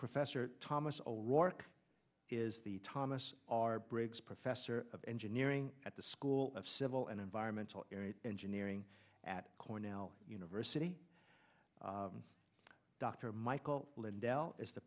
professor thomas is the thomas breaks professor of engineering at the school of civil and environmental engineering at cornell university dr michael bell is the